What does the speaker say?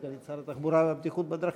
סגנית שר התחבורה והבטיחות בדרכים,